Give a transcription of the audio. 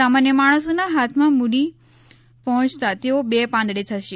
સામાન્ય માણસોના હાથમાં મુડી કેપીટલ પહોયતા તેઓ બે પાંદડે થશે